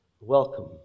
Welcome